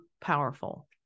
powerful